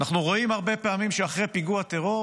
אנחנו רואים הרבה פעמים שאחרי פיגוע טרור